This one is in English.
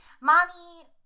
mommy